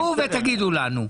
בסדר, תחשבו ותגידו לנו.